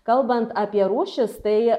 kalbant apie rūšis tai